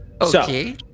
Okay